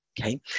okay